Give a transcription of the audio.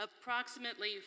Approximately